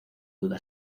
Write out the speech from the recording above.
duda